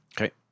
Okay